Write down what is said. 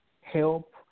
help